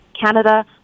Canada